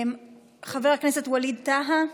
חבר הכנסת ווליד טאהא,